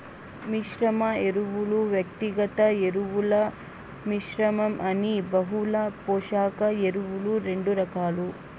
మిశ్రమ ఎరువులు, వ్యక్తిగత ఎరువుల మిశ్రమం అని బహుళ పోషక ఎరువులు రెండు రకాలు